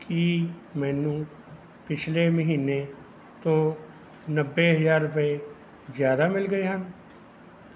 ਕੀ ਮੈਨੂੰ ਪਿਛਲੇ ਮਹੀਨੇ ਤੋਂ ਨੱਬੇ ਹਜ਼ਾਰ ਰੁਪਏ ਜ਼ਿਆਦਾ ਮਿਲ ਗਏ ਹਨ